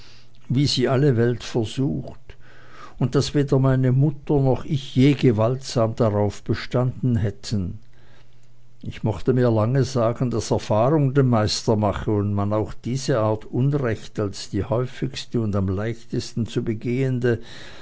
wie sie alle welt versucht und daß weder meine mutter noch ich je gewaltsam darauf bestanden hätten ich mochte mir lange sagen daß erfahrung den meister mache und man auch diese art unrecht als die häufigste und am leichtesten zu begehende